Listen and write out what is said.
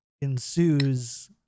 ensues